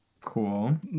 Cool